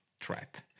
threat